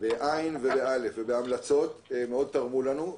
ובהארות ובהמלצות מאוד תרם לנו.